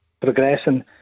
Progressing